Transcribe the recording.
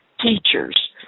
teachers